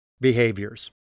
behaviors